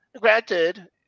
Granted